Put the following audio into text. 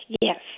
Yes